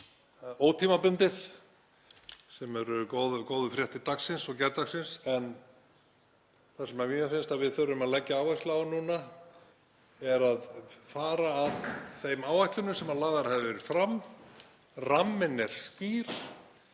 ótímabundið, sem eru góðu fréttir dagsins og gærdagsins. En það sem mér finnst að við þurfum að leggja áherslu á núna er að fara að þeim áætlunum sem lagðar hafa verið fram. Ramminn er skýr.